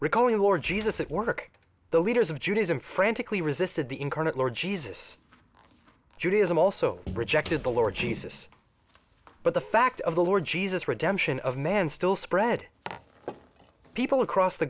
recalling lord jesus at work the leaders of judaism frantically resisted the incarnate lord jesus judaism also rejected the lord jesus but the fact of the lord jesus redemption of man still spread people across the